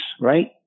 right